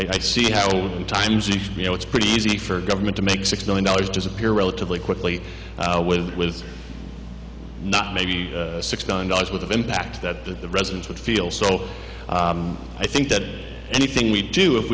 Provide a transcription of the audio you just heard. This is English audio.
i see all the times you know it's pretty easy for a government to make six million dollars disappear relatively quickly with with not maybe six gun dollars worth of impact that the residents would feel so i think that anything we do if